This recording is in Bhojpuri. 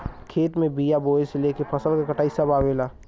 खेत में बिया बोये से लेके फसल क कटाई सभ आवेला